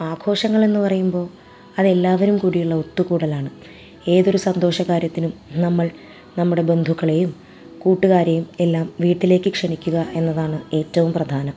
ആഘോഷങ്ങള് എന്നു പറയുമ്പോൾ അതെല്ലാവരും കൂടിയുള്ള ഒത്തുകൂടലാണ് ഏതൊരു സന്തോഷകാര്യത്തിനും നമ്മൾ നമ്മുടെ ബന്ധുക്കളെയും കൂട്ടുകാരെയും എല്ലാം വീട്ടിലേക്ക് ക്ഷണിക്കുക എന്നതാണ് ഏറ്റവും പ്രധാനം